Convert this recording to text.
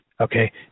Okay